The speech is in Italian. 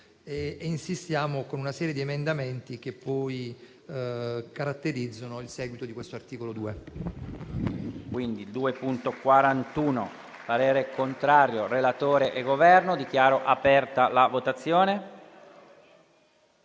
sul tema con una serie di emendamenti che poi caratterizzano il seguito di questo articolo 2.